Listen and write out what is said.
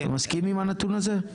אתה מסכים עם הנתון הזה?